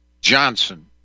Johnson